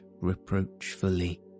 reproachfully